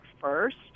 first